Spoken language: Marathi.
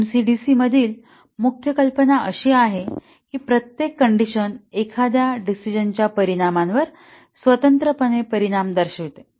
एमसी डीसी मधील मुख्य कल्पना अशी आहे की प्रत्येक कंडिशन एखाद्या डिसिजणंच्या परिणामावर स्वतंत्रपणे परिणाम दर्शविते